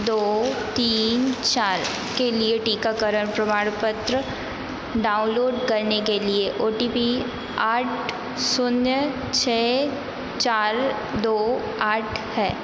दो तीन चार के लिए टीकाकरण प्रमाणपत्र डाउनलोड करने के लिए ओ टी पी आठ शून्य छः चार दो आठ है